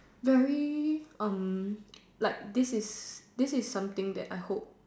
very um like this is this is something that I hope